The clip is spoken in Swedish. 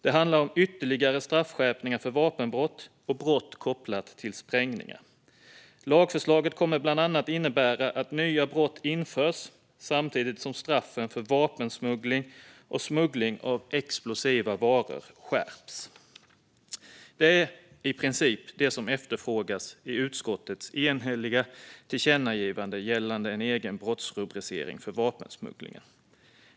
Det handlar om ytterligare straffskärpningar för vapenbrott och brott kopplade till sprängningar. Lagförslaget kommer bland annat att innebära att nya brott införs samtidigt som straffen för vapensmuggling och smuggling av explosiva varor skärps. Det är i princip det som efterfrågas i utskottets enhälliga tillkännagivande gällande en egen brottsrubricering för vapensmuggling.